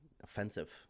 offensive